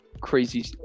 crazy